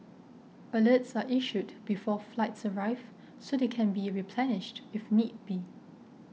alerts are issued before flights arrive so they can be replenished if need be